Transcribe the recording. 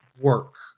work